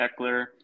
Eckler